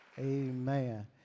Amen